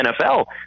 NFL